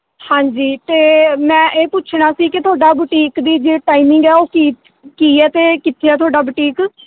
ਹਾਂਜੀ ਅਤੇ ਮੈਂ ਇਹ ਪੁੱਛਣਾ ਸੀ ਕਿ ਤੁਹਾਡਾ ਬੁਟੀਕ ਦੀ ਜੇ ਟਾਈਮਿੰਗ ਹੈ ਉਹ ਕੀ ਕੀ ਹੈ ਅਤੇ ਕਿੱਥੇ ਆ ਤੁਹਾਡਾ ਬਟੀਕ